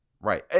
Right